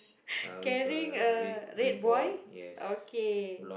carrying a red boy okay